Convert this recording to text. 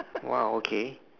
!wow! okay